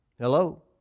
Hello